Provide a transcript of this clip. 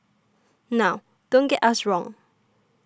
now don't get us wrong